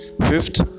fifth